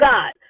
God